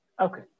Okay